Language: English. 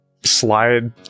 Slide